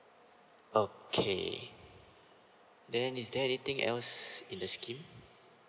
okay then is there anything else in the scheme